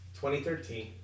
2013